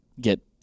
get